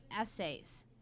essays